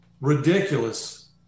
ridiculous